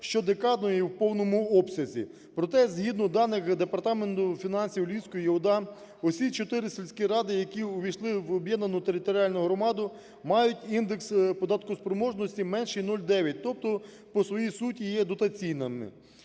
щодекадно і в повному обсязі. Проте згідно даних департаменту фінансів Львівської ОДА, всі 4 сільські ради, які ввійшли в об'єднану територіальну громаду, мають індекс податку спроможності менше 0,9, тобто по своїй суті є дотаційними.